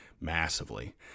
massively